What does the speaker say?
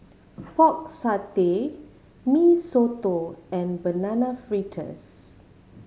Pork Satay Mee Soto and Banana Fritters